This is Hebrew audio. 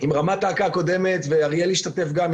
עם רמ"ד אכ"א הקודמת, ואריאל השתתף גם הוא.